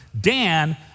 Dan